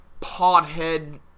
pothead